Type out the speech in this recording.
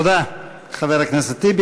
תודה, חבר הכנסת טיבי.